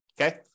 Okay